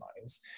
lines